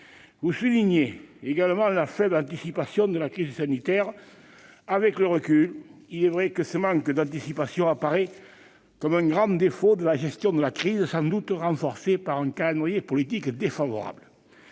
Vous soulignez également la faible anticipation de la crise sanitaire. Avec le recul, il est vrai que ce manque d'anticipation apparaît comme un grand défaut de la gestion de la crise, sans doute renforcé par un calendrier politique défavorable.